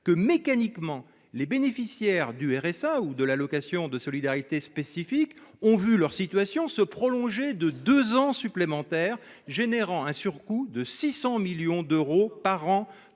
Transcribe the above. que mécaniquement les bénéficiaires du RSA ou de l'allocation de solidarité spécifique, ont vu leur situation se prolonger de 2 ans supplémentaires, générant un surcoût de 600 millions d'euros par an